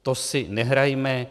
To si nehrajme.